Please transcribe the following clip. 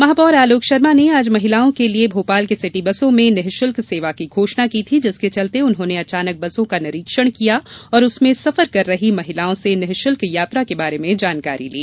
महापौर आलोक शर्मा ने आज महिलाओं के लिये सिटी बसों में निशुल्क सेवा की घोषणा की थी जिसके चलते उन्होंने अचानक बसों का निरीक्षण किया और उसमें सफर कर रही महिलाओं से निशुल्क यात्रा के बारे में जानकारी ली